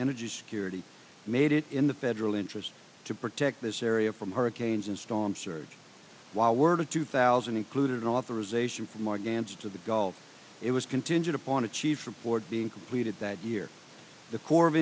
energy security made it in the federal interest to protect this area from hurricanes and storm surge while word of two thousand included an authorization from our dance to the gulf it was contingent upon a chief report being completed that year the corps of